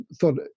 thought